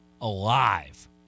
alive